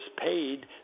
paid